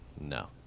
No